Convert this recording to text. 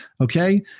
Okay